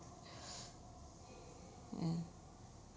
mm